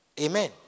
Amen